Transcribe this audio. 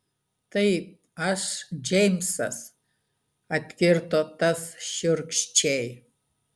taip aš džeimsas atkirto tas šiurkščiai